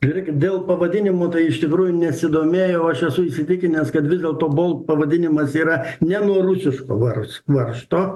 irgi dėl pavadinimų iš tikrųjų nesidomėjau o aš esu įsitikinęs kad vis dėlto bolt pavadinimas yra ne nuo rusiško var varžto